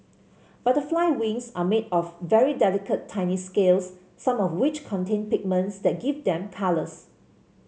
butterfly wings are made of very delicate tiny scales some of which contain pigments that give them colours